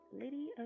Lady